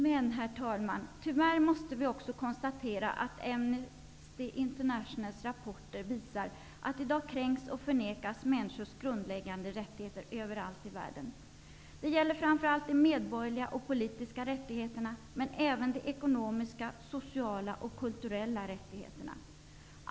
Men, herr talman, tyvärr måste vi konstatera att Amnesty Internationals rapporter också visar att i dag kränks och förnekas människors grundläggande rättigheter överallt i världen. Det gäller framför allt de medborgerliga och politiska rättigheterna men även de ekonomiska, sociala och kulturella rättigheterna.